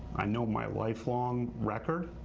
i know my lifelong record.